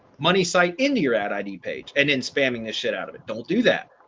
money site into your ad id page and in spamming the shit out of it. don't do that.